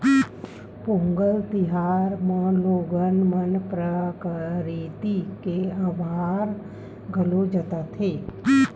पोंगल तिहार म लोगन मन प्रकरिति के अभार घलोक जताथे